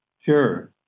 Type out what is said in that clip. Sure